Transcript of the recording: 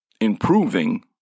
improving